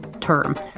term